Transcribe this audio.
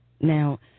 Now